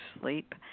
sleep